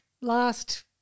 last